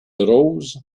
roses